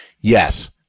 Yes